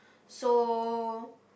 so